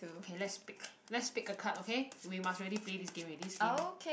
okay let's pick let's pick a card okay we must really play this game already this game